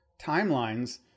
timelines